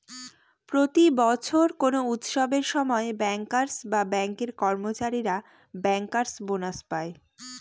প্রতি বছর কোনো উৎসবের সময় ব্যাঙ্কার্স বা ব্যাঙ্কের কর্মচারীরা ব্যাঙ্কার্স বোনাস পায়